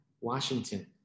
Washington